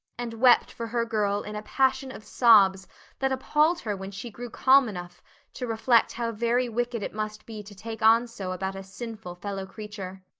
and wept for her girl in a passion of sobs that appalled her when she grew calm enough to reflect how very wicked it must be to take on so about a sinful fellow creature.